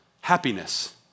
Happiness